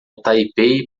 taipei